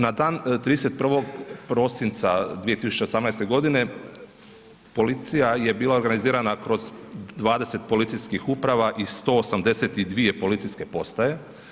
Na dan 31. prosinca 2018. g. policija je bila organizirana kroz 20 policijskih uprava i 182 policijske postaje.